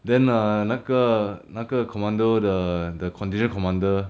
then err 那个那个 commando the the contingent commander